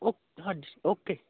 okay ਹਾਂਜੀ okay